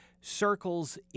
circles